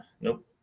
nope